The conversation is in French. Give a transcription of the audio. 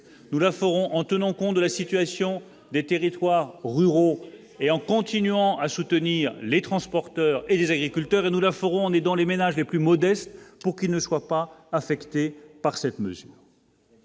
nous le ferons en tenant compte de la situation des territoires ruraux et en continuant à soutenir les transporteurs et les agriculteurs et nous la ferons en aidant les ménages les plus modestes pour qu'ils ne soient pas affectés par cette mesure.